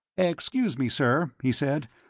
excuse me, sir, he said,